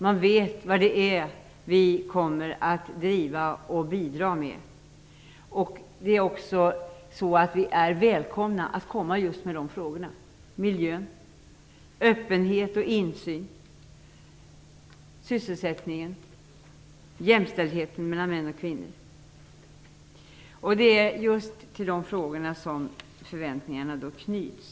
Man vet vad det är vi kommer att driva och bidra med. Vi är välkomna att komma just med de frågorna: miljön, öppenhet och insyn, sysselsättningen och jämställdheten mellan män och kvinnor. Det är just till de frågorna som förväntningarna knyts.